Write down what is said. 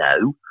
no –